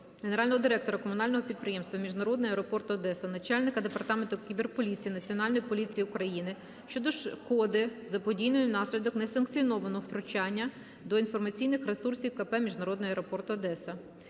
генерального директора комунального підприємства "Міжнародний аеропорт Одеса", начальника Департаменту кіберполіції Національної поліції України щодо шкоди, заподіяної внаслідок несанкціонованого втручання до інформаційних ресурсів КП "Міжнародний Аеропорт Одеса".